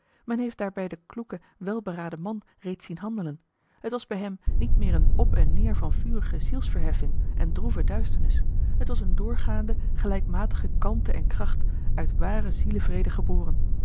men heeft daarbij den kloeken welberaden man reeds zien handelen het was bij hem niet meer een op en neêr van vurige zielsverheffing en droeve duisternis het was eene doorgaande gelijkmatige kalmte en kracht uit waren zielevrede